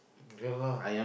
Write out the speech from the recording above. ya lah